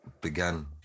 began